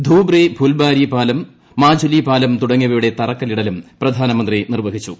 ധൂബ്രി ഫുൽബാരി പാലം മാജുലി പാലം തുടങ്ങിയവയുടെ തറക്കല്ലിടലും പ്രധാനമന്ത്രി നിർവ്വഹിച്ചു